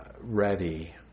ready